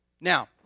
Now